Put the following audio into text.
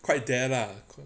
quite dare lah